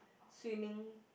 swimming